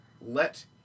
let